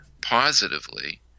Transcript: positively